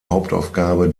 hauptaufgabe